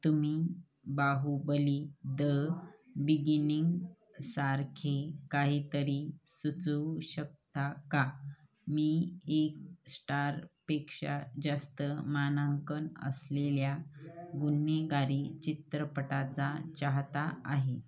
तुम्ही Baahubali the beginning सारखे काहीतरी सुचवू शकता का मी एक श्टार पेक्षा जास्त मानांकन असलेल्या गुन्हेगारी चित्रपटांचा चाहता आहे